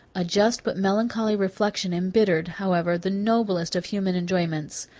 a just but melancholy reflection imbittered, however, the noblest of human enjoyments.